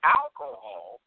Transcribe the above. alcohol